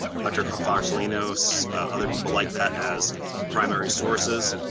dr. farsalinos, other people like that as primary sources.